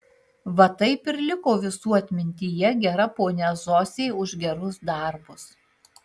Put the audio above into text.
va taip ir liko visų atmintyje gera ponia zosė už gerus darbus